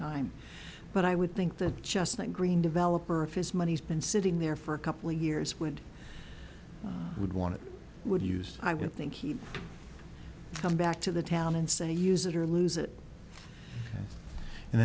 time but i would think that just that green developer of his money has been sitting there for a couple of years would would want to would use i would think he'd come back to the town and say use it or lose it and